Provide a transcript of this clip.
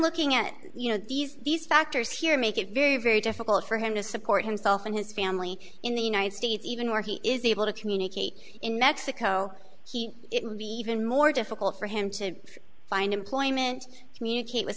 looking at you know these these factors here make it very very difficult for him to support himself and his family in the united states even where he is able to communicate in mexico he it would be even more difficult for him to find employment communicate with